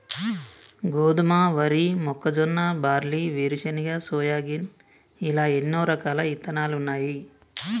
గోధుమ, వరి, మొక్కజొన్న, బార్లీ, వేరుశనగ, సోయాగిన్ ఇలా ఎన్నో రకాలు ఇత్తనాలున్నాయి